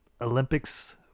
Olympics